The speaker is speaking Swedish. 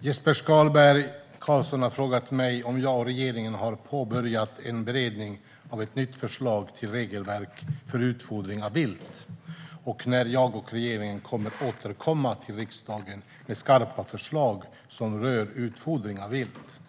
Jesper Skalberg Karlsson har frågat mig om jag och regeringen har påbörjat en beredning av ett nytt förslag till regelverk för utfodring av vilt och när jag och regeringen kommer att återkomma till riksdagen med skarpa förslag som rör utfodring av vilt.